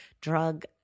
drug